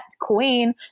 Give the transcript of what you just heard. queen